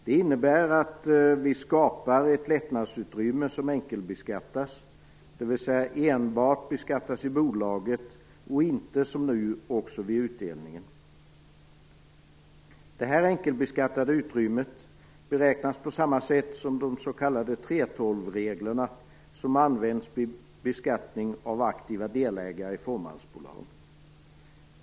Det innebär att vi skapar ett lättnadsutrymme som enkelbeskattas, dvs. enbart beskattas i bolaget och inte som nu också vid utdelningen. Detta enkelbeskattade utrymme beräknas på samma sätt som de s.k. 3:12-reglerna, som används vid beskattning av aktiva delägare i fåmansbolag.